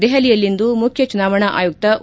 ದೆಹಲಿಯಲ್ಲಿಂದು ಮುಖ್ಯ ಚುನಾವಣಾ ಆಯುಕ್ತ ಒ